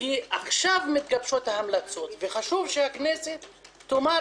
כי עכשיו מתגבשות ההמלצות וחשוב שהכנסת תאמר